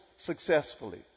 successfully